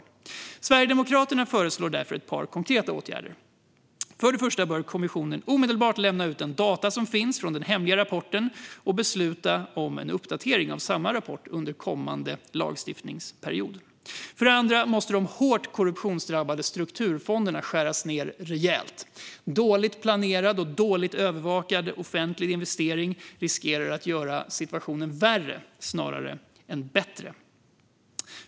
Sverigedemokraterna föreslår därför ett antal konkreta åtgärder. För det första bör kommissionen omedelbart lämna ut de data som finns från den hemliga rapporten och besluta om en uppdatering av samma rapport under kommande lagstiftningsperiod. För det andra måste de hårt korruptionsdrabbade strukturfonderna skäras ned rejält. Dåligt planerad och dåligt övervakad offentlig investering riskerar att göra situationen värre snarare än bättre.